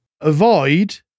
Avoid